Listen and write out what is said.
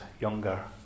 younger